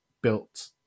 built